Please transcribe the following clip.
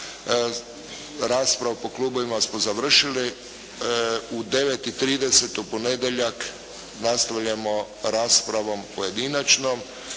Raspravu po klubovima smo završili. U 9,30 u ponedjeljak nastavljamo raspravnom pojedinačnom,